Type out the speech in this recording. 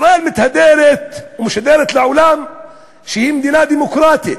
ישראל מתהדרת ומשדרת לעולם שהיא מדינה דמוקרטית.